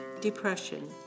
depression